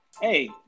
Hey